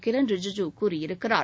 கிரண் ரிஜுஜு கூறியிருக்கிறார்